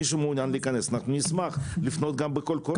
מי שמעוניין להיכנס אנחנו נשמח לפנות גם בקול קורא.